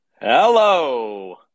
Hello